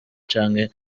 canke